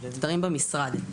התדרים במשרד.